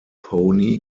pony